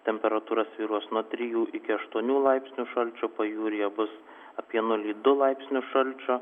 temperatūra svyruos nuo trijų iki aštuonių laipsnių šalčio pajūryje bus apie nulį du laipsnius šalčio